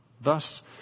Thus